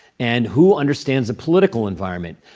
and who understands the political environment.